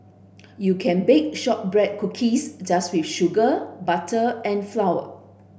you can bake shortbread cookies just with sugar butter and flour